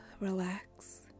relax